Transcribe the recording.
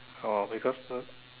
orh because the